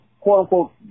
quote-unquote